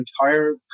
entire